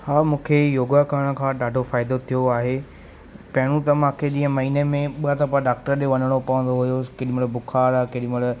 हा मूंखे योगा करण खां ॾाढो फ़ाइदो थियो आहे पहिरियों त मूंखे जीअं महीने में ॿ दफ़ा डाक्टर ॾिए वञिणो पवंदो हुओ केॾीमहिल बुख़ारु आहे केॾीमहिल